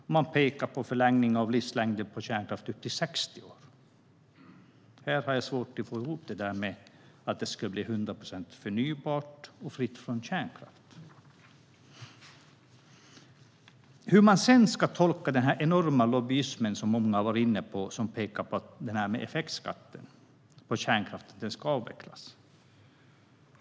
Och man pekar på en förlängning av livslängden för kärnkraft upp till 60 år. Jag har svårt att få ihop det med att det ska bli 100 procent förnybart och fritt från kärnkraft. Hur ska man sedan tolka den enorma lobbyism som många har varit inne på, som pekar på det här med effektskatten för kärnkraft och att den ska avvecklas?